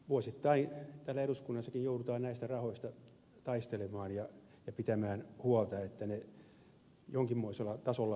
vuosittain täällä eduskunnassakin joudutaan näistä rahoista taistelemaan ja pitämään huolta että ne jonkinmoisella tasolla säilyvät